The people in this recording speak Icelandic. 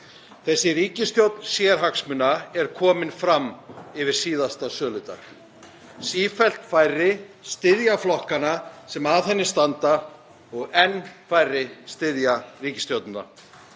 Þessi ríkisstjórn sérhagsmuna er komin fram yfir síðasta söludag. Sífellt færri styðja flokkana sem að henni standa og enn færri styðja ríkisstjórnina.